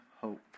hope